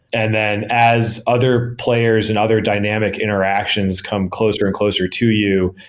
and then as other players and other dynamic interactions come closer and closer to you,